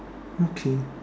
okay